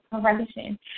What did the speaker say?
correction